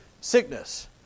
sickness